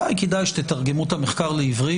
אולי כדאי שתתרגמו את המחקר לעברית.